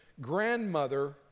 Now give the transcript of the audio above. grandmother